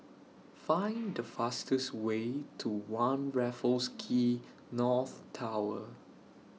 Find The fastest Way to one Raffles Quay North Tower